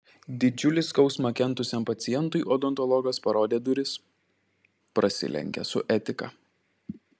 didžiulį skausmą kentusiam pacientui odontologas parodė duris prasilenkia su etika